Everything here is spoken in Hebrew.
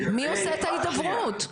מי עושה את ההידברות?